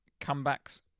comebacks